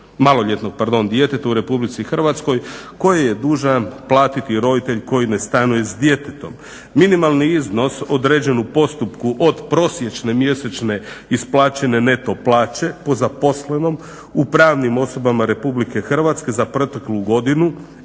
maloljetnog djeteta u Republici Hrvatskoj, koje je dužan platiti roditelj koji ne stanuje s djetetom. Minimalni iznos određen u postupku od prosječne mjesečne isplaćene neto plaće po zaposlenom u pravnim osobama Republike Hrvatske za proteklu godinu